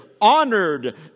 honored